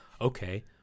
okay